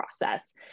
process